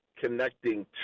connecting